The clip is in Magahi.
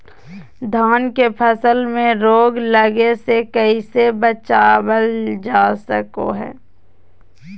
धान के फसल में रोग लगे से कैसे बचाबल जा सको हय?